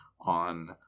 on